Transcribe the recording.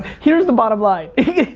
here's the bottom line,